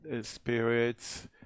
spirits